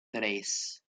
tres